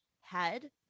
head